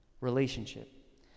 Relationship